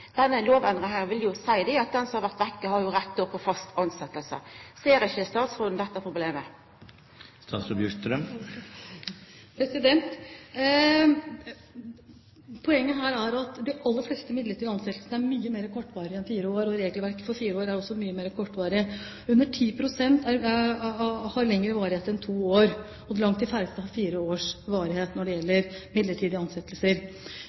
Denne lovendringa vil jo bety at den som har vore borte, har rett til fast tilsetjing. Ser ikkje statsråden dette problemet? Poenget her er at de aller fleste midlertidige ansettelsene er mye mer kortvarige enn fire år, og regelverket for fire år er mye mer kortvarig. Under 10 pst. har lengre varighet enn to år, og langt de færreste har fire års varighet når det gjelder midlertidige ansettelser.